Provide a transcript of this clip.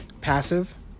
passive